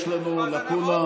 יש לנו לקונה,